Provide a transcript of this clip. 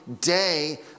day